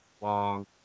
long